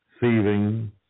thieving